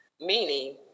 meaning